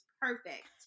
perfect